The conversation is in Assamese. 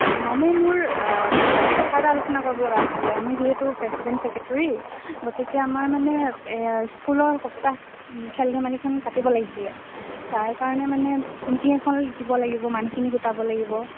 মানে মোৰ কথা এটা আলোচনা কৰিব লগা আছিলে আমি যিহেতু প্ৰেচিডেণ্ট ছেক্ৰেটেৰী গতিকে আমাৰ মানে স্কুলৰ সপ্তাহ খেল ধেমালিখন পাতিব লাগিছিলে তাৰ কাৰণে মানে মিটিং এখন দিব লাগিব মানুহখিনি গোটাব লাগিব